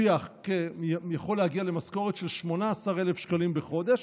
שיכול להגיע למשכורת של 18,000 שקלים בחודש,